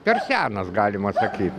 per senas galima sakyt